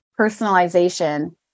personalization